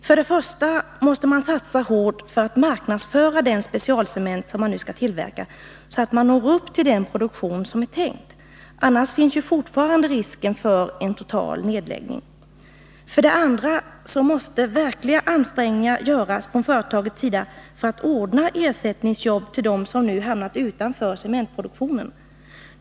För det första måste man satsa hårt för att marknadsföra den specialcement som nu skall tillverkas, så att man når upp till den produktion som är tänkt. Annars finns ju fortfarande risken för en total nedläggning. För det andra måste verkliga ansträngningar göras från företagets sida för att ordna ersättningsjobb till dem som hamnat utanför cementproduktionen.